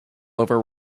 over